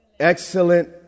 excellent